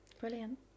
brilliant